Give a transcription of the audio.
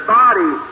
body